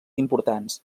importants